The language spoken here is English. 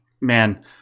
man